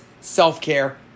self-care